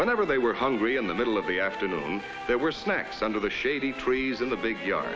whenever they were hungry in the middle of the afternoon there were snacks under the shady trees in the big yard